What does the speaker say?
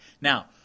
Now